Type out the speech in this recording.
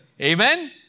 Amen